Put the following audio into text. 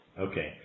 Okay